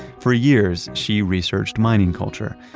for years she researched mining culture.